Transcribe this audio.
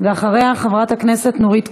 אחריה, חברת הכנסת נורית קורן.